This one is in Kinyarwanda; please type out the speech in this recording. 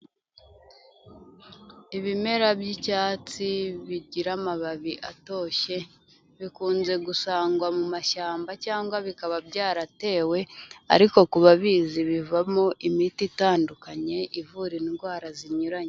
Ibimera by'icyatsi bigira amababi atoshye, bikunze gusangwa mu mashyamba cyangwa bikaba byaratewe, ariko ku babizi bivamo imiti itandukanye ivura indwara zinyuranye.